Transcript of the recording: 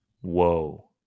whoa